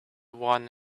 one